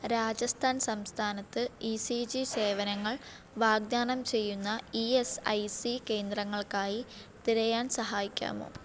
രാജസ്ഥാൻ സംസ്ഥാനത്ത് E C G സേവനങ്ങൾ വാഗ്ദാനം ചെയ്യുന്ന ഈ എസ് ഐ സീ കേന്ദ്രങ്ങൾക്കായി തിരയാൻ സഹായിക്കാമോ